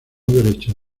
derechos